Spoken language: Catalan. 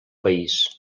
país